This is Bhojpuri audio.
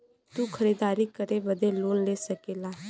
तू खरीदारी करे बदे लोन ले सकला